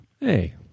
Hey